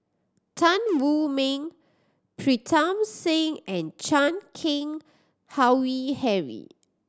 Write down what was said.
Tan Wu Meng Pritam Singh and Chan Keng Howe Harry